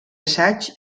assaigs